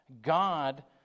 God